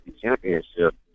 championship